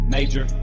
Major